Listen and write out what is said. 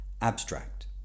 Abstract